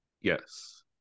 yes